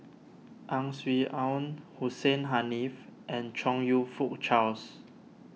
Ang Swee Aun Hussein Haniff and Chong You Fook Charles